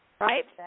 Right